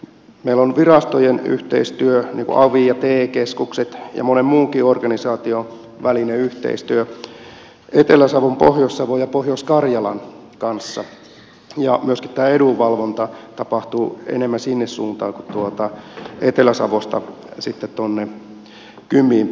meillä on virastojen yhteistyö niin kuin avit ja te keskukset ja monen muunkin organisaation välinen yhteistyö etelä savon pohjois savon ja pohjois karjalan kanssa ja myöskin tämä edunvalvonta tapahtuu enemmän sinne suuntaan kuin etelä savosta tuonne kymiin päin